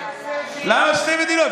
למה שתי מדינות?